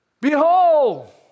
Behold